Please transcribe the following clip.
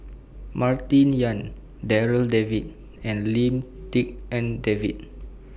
Martin Yan Darryl David and Lim Tik En David